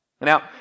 Now